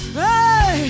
hey